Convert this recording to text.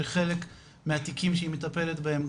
שחלק מהתיקים שהיא מטפלת בהן,